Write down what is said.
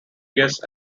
guests